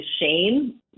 shame